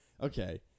Okay